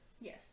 Yes